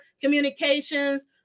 communications